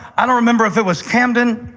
i don't remember if it was camden.